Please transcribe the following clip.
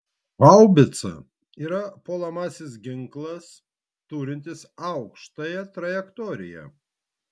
haubica yra puolamasis ginklas turintis aukštąją trajektoriją